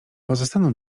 pozostaną